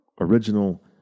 original